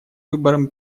выборам